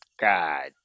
God